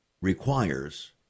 requires